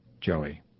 Joey